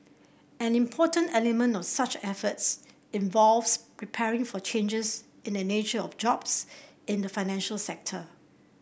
an important element of such efforts involves preparing for changes in the nature of jobs in the financial sector